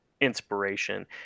inspiration